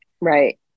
right